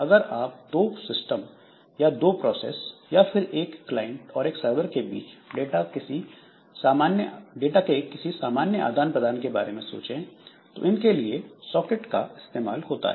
अगर आप दो सिस्टम या दो प्रोसेस या फिर एक क्लाइंट और एक सरवर के बीच डाटा के किसी सामान्य आदान प्रदान के बारे में सोचें तो इनके लिए सॉकेट का इस्तेमाल होता है